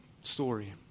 story